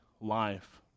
life